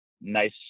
nice